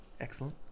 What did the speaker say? Excellent